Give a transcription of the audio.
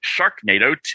Sharknado